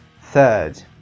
Third